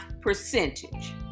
percentage